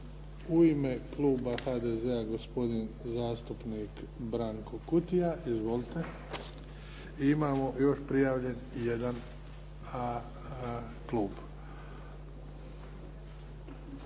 U ime kluba HDZ-a gospodin zastupnik Branko Kutija. Izvolite. Imamo još prijavljen jedan klub.